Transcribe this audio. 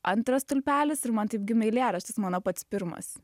antras stulpelis ir man taip gimė eilėraštis mano pats pirmas